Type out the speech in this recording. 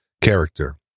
character